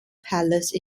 palace